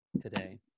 today